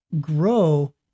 grow